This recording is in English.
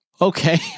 okay